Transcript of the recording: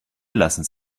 lassen